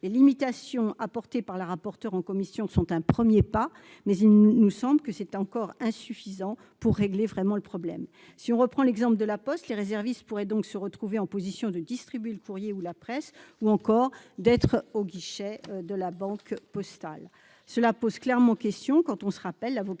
Les limitations apportées par la rapporteure en commission sont un premier pas, mais nous semblent encore insuffisantes pour régler vraiment le problème. Si on reprend l'exemple de La Poste, les réservistes pourraient se retrouver en position de distribuer le courrier ou la presse ou de tenir les guichets de La Banque postale. Une telle situation pose question, surtout quand on se rappelle la vocation